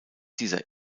dieser